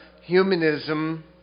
humanism